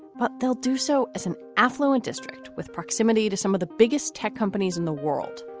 but they'll do so as an affluent district with proximity to some of the biggest tech companies in the world.